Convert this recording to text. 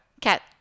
Cat